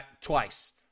twice